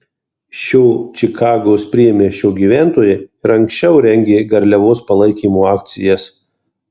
šio čikagos priemiesčio gyventojai ir anksčiau rengė garliavos palaikymo akcijas